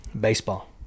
baseball